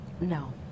No